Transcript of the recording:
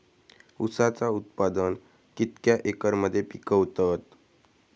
ऊसाचा उत्पादन कितक्या एकर मध्ये पिकवतत?